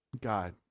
God